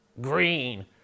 green